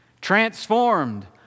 transformed